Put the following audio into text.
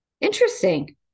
Interesting